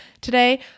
today